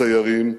הסיירים,